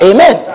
Amen